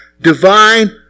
divine